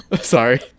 sorry